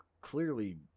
clearly